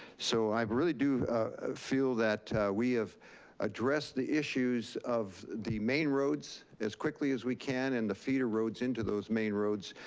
so i really do ah feel that we have addressed the issues of the main roads as quickly as we can, and the feeder roads into those main roads.